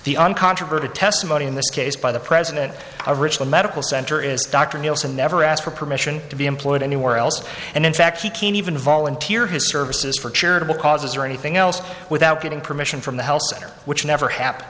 the uncontroverted testimony in this case by the president of original medical center is dr nielsen never asked for permission to be employed anywhere else and in fact he can't even volunteer his services for charitable causes or anything else without getting permission from the health center which never happen